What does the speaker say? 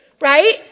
right